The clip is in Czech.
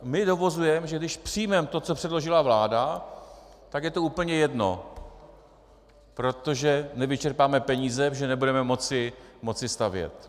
My dovozujeme, že když přijmeme to, co předložila vláda, tak je to úplně jedno, protože nevyčerpáme peníze, protože nebudeme moci stavět.